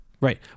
Right